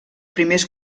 primers